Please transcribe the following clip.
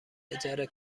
اجاره